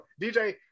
DJ